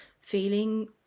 feeling